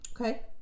Okay